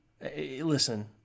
Listen